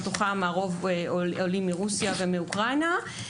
הרוב מרוסיה ומאוקראינה.